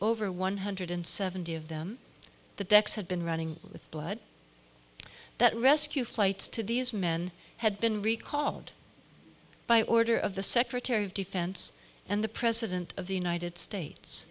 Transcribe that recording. over one hundred seventy of them the decks had been running with blood that rescue flights to these men had been recalled by order of the secretary of defense and the president of the united states